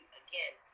again